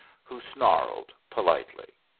who snarled politely.